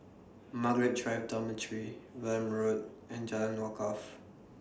Margaret Drive Dormitory Welm Road and Jalan Wakaff